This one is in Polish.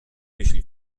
myśli